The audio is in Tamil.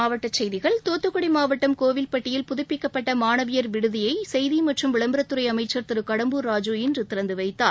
மாவட்ட செய்திகள் தூத்துக்குடி மாவட்டம் கோவில்பட்டியில் புப்பிக்கப்பட்ட மாணவியர் விடுதியை செய்தி மற்றும் விளம்பரத்துறை அமைச்சர் திரு கடம்பூர் ராஜூ இன்று திறந்துவைத்தார்